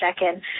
second